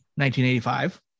1985